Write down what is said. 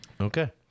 okay